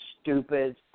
stupid